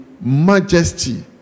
majesty